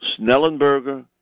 Snellenberger